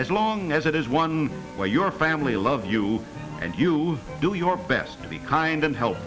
as long as it is one where your family love you and you do your best to be kind and help